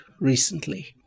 recently